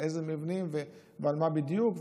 על איזה מבנים ועל מה בדיוק,